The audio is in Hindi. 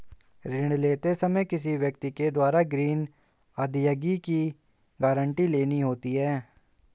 ऋण लेते समय किसी व्यक्ति के द्वारा ग्रीन अदायगी की गारंटी लेनी होती है